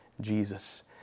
Jesus